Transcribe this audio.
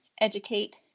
educate